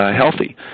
healthy